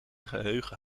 geheugen